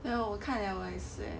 well 我看了我也是 leh